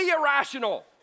irrational